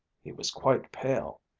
he was quite pale.